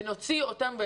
ונוציא אותם,